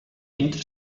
entre